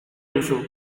duzu